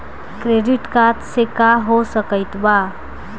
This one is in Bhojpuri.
क्रेडिट कार्ड से का हो सकइत बा?